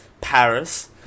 Paris